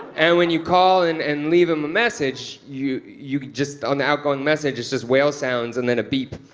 and when you call and and leave him a message, you you just, on the outgoing message, it's just whale sounds and then a beep,